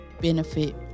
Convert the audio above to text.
benefit